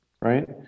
right